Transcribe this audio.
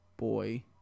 Boy